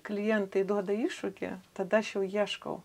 klientai duoda iššūkį tada aš jau ieškau